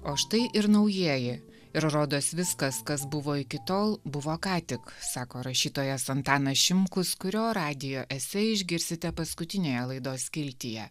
o štai ir naujieji ir rodos viskas kas buvo iki tol buvo ką tik sako rašytojas antanas šimkus kurio radijo esę išgirsite paskutinėje laidos skiltyje